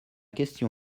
question